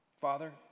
Father